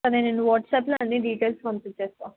సరే నేను వాట్సాప్లో అన్ని డిటైల్స్ పంపించి వేస్తా